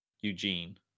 Eugene